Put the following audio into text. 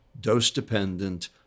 dose-dependent